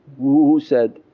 who said?